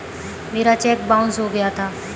मेरा cheque bounce हो गया था